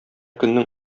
көннең